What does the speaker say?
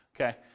Okay